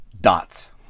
dots